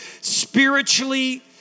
spiritually